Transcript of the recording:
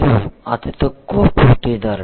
మీరు అతి తక్కువ ధర పోటీదారులు 9